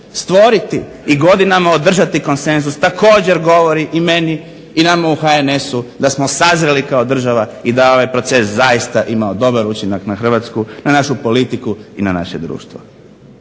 stvoriti i godinama održati konsenzus također govori i meni i nama u HNS-u da smo sazrjeli kao država i da ovaj proces zaista imao dobar učinak na Hrvatsku, na našu politiku i na naše društvo.